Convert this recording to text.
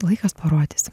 laikas parodys